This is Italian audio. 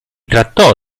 trattò